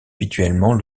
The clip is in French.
habituellement